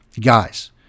guys